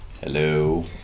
Hello